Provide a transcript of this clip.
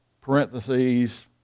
parentheses